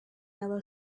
yellow